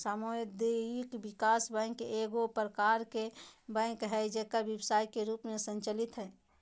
सामुदायिक विकास बैंक एगो प्रकार के बैंक हइ जे व्यवसाय के रूप में संचालित हइ